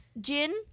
Jin